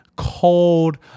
cold